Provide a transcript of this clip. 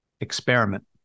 experiment